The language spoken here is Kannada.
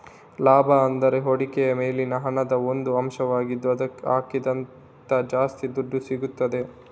ಲಾಭ ಅಂದ್ರೆ ಹೂಡಿಕೆಯ ಮೇಲಿನ ಹಣದ ಒಂದು ಅಂಶವಾಗಿದ್ದು ಹಾಕಿದ್ದಕ್ಕಿಂತ ಜಾಸ್ತಿ ದುಡ್ಡು ಸಿಗ್ತದೆ